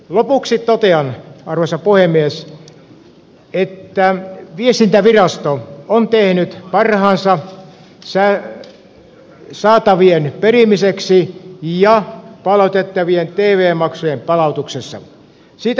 lopuksi totean arvoisa puhemies että viestintävirasto on tehnyt parhaansa saatavien perimiseksi ja palautettavien tv maksujen palauttamiseksi